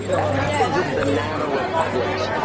that happens in banana republics.